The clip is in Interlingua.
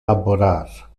laborar